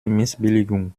missbilligung